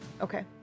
Okay